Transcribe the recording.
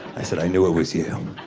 i said, i knew it was you.